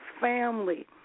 family